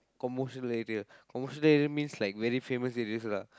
commercial area commercial area means very famous areas lah